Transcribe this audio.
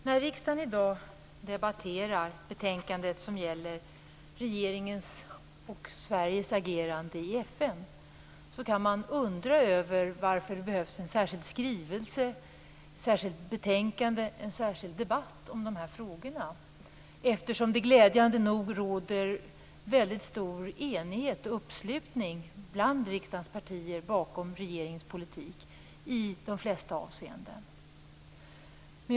När riksdagen i dag debatterar betänkandet som gäller regeringens och Sveriges agerande i FN kan man undra över varför det behövs en särskild skrivelse, ett särskilt betänkande och en särskild debatt om de här frågorna eftersom det glädjande nog råder väldigt stor enighet och uppslutning bakom regeringens politik bland riksdagens partier i de flesta avseenden.